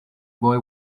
boy